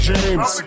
James